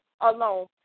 alone